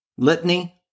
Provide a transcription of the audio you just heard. Litany